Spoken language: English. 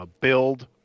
build